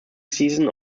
season